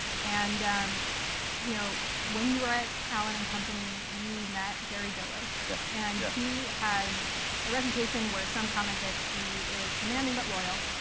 and um you know when you were at allen and company, you met barry diller. yes, yes. and he has a reputation where some comment that he is demanding but loyal,